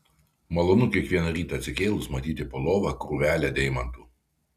malonu kiekvieną rytą atsikėlus matyti po lova krūvelę deimantų